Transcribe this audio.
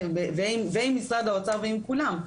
ועם משרד האוצר ועם כולם.